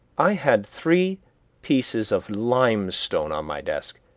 i had three pieces of limestone on my desk,